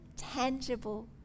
tangible